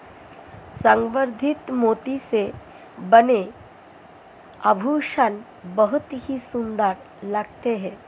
संवर्धित मोती से बने आभूषण बहुत ही सुंदर लगते हैं